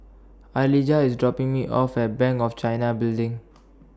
Alijah IS dropping Me off At Bank of China Building